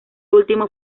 último